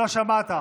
לא שמעת.